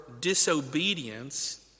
disobedience